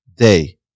day